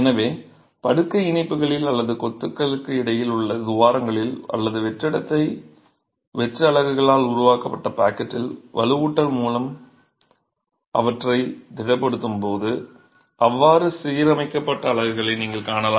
எனவே படுக்கை இணைப்புகளில் அல்லது கொத்துகளுக்கு இடையில் உள்ள துவாரங்களில் அல்லது வெற்றிடத்தை வெற்று அலகுகளால் உருவாக்கப்பட்ட பாக்கெட்டில் வலுவூட்டல் மூலம் அவற்றை திடப்படுத்தும்போது அவ்வாறு சீரமைக்கப்பட்ட அலகுகளை நீங்கள் காணலாம்